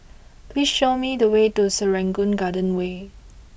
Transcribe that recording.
please show me the way to Serangoon Garden Way